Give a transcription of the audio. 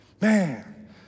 Man